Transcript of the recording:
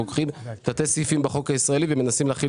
אנחנו לוקחים תתי סעיפים בחוק הישראלי ומנסים להחיל